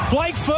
Blake